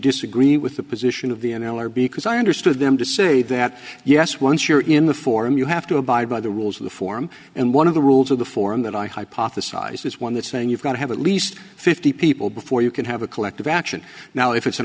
disagree with the position of the n l r b because i understood them to say that yes once you're in the forum you have to abide by the rules of the form and one of the rules of the forum that i hypothesized is one that saying you've got to have at least fifty people before you can have a collective action now if it's